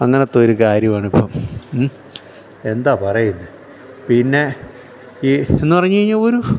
അങ്ങനത്തെ ഒരു രു കാര്യമാണ് ഇപ്പം എന്താണ് പറയന്ന് പിന്നെ ഈ എന്ന് പറഞ്ഞഞ് കഴിഞ്ഞാൽ ഒരു